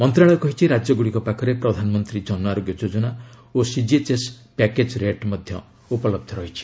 ମନ୍ତ୍ରଣାଳୟ କହିଛି ରାଜ୍ୟଗୁଡ଼ିକ ପାଖରେ ପ୍ରଧାନମନ୍ତ୍ରୀ ଜନଆରୋଗ୍ୟ ଯୋଜନା ଓ ସିଜିଏଚ୍ଏସ୍ ପ୍ୟାକେଜ୍ ରେଟ୍ ଉପଲବ୍ଧ ଅଛି